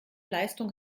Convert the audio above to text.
leistung